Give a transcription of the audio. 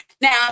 Now